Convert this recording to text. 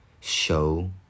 show